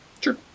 Sure